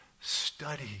study